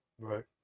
Right